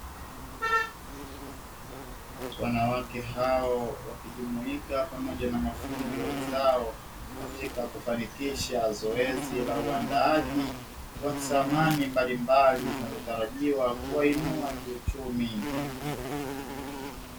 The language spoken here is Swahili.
Wanawake hao wakijumuika pamoja na mafundi wa wenizao katika kufanikisha zoezi la uandaaji wa samani mbalimbali, zinazotarajiwa kuwainua kiuchumi.